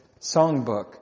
songbook